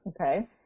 Okay